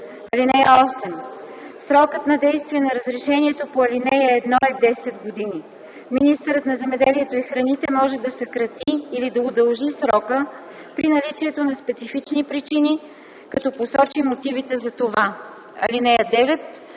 съюз. (8) Срокът на действие на разрешението по ал. 1 е 10 години. Министърът на земеделието и храните може да съкрати или удължи срока при наличието на специфични причини, като посочи мотивите за това. (9)